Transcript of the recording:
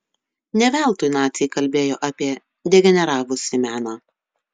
ne veltui naciai kalbėjo apie degeneravusį meną